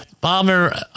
Bomber